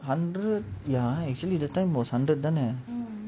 hundred ya actually the time was hundred done leh